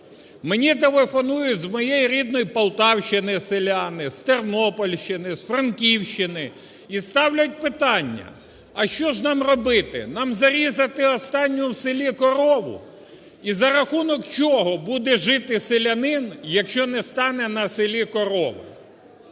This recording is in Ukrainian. Мені телефонують з моєї рідної Полтавщини селяни, з Тернопільщини, з Франківщини і ставлять питання: а що ж нам робити, нам зарізати останню у селі корову? І за рахунок чого буде жити селянин, якщо не стане на селі корови?